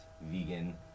vegan